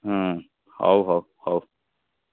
ହୁଁ ହଉ ହଉ ହଉ